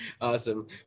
Awesome